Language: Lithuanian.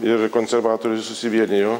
ir konservatoriai susivienijo